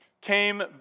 came